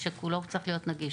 שכולו צריך להיות נגיש,